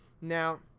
Now